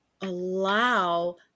allow